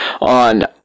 on